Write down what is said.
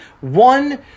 One